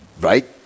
Right